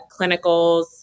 clinicals